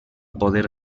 poder